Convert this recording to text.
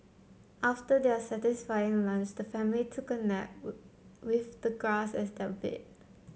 after their satisfying lunch the family took a nap with the grass as their bed